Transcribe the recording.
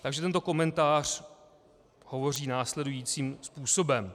Takže tento komentář hovoří následujícím způsobem: